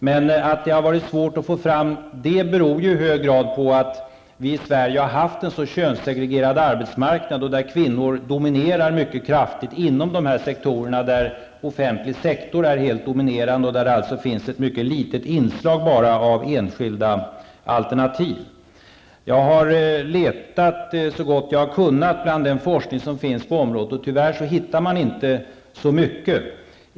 Att sådana bevis har varit svåra att få fram beror i hög grad på att vi i Sverige har haft en så könssegregerad arbetsmarknad, där kvinnor överväger mycket kraftigt inom de sektorer som helt domineras av den offentliga sektorn och där det alltså endast finns ett mycket litet inslag av enskilda alternativ. Jag har letat så gott jag har kunnat bland den forskning som finns på området, men tyvärr hittar man inte så mycket.